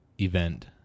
Event